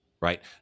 Right